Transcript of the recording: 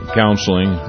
counseling